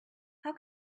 how